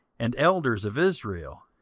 and elders of israel,